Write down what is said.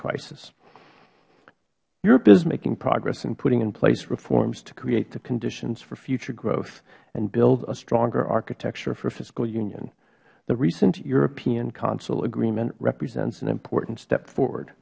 crisis europe is making progress in putting in place reforms to create the conditions for future growth and build a stronger architecture for fiscal union the recent european council agreement represents an important step forward